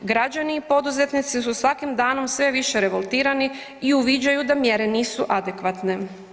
Građani i poduzetnici su svakim danom sve više revoltirani i uviđaju da mjere nisu adekvatne.